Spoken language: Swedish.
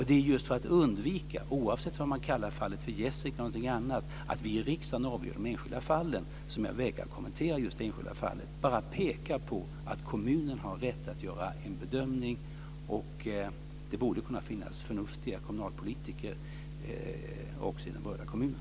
Det är just för att undvika - oavsett om kan kallar fallet för Jessica eller någonting annat - att vi i riksdagen ska avgöra i de enskilda fallen som jag vägrar att kommentera fallet. Jag vill bara peka på att kommunen har rätt att göra en bedömning, och det borde finnas förnuftiga kommunalpolitiker också i den borgerliga kommunen.